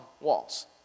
walls